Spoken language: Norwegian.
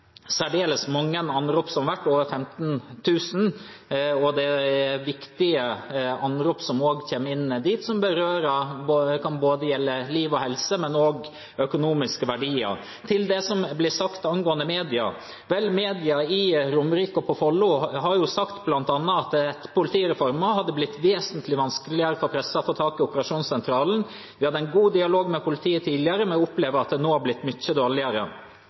særdeles mange anrop til, over 15 000. Det er viktige anrop som kommer inn dit, som kan gjelde liv og helse, men også økonomiske verdier. Til det som ble sagt angående media: Vel, media på Romerike og i Follo har bl.a. sagt: «Etter politireformen har det blitt vesentlig vanskeligere for pressen å få tak i operasjonssentralen.» Videre ble det sagt: «Vi hadde en god dialog med politiet tidligere, men vi opplever at den nå har blitt mye dårligere.»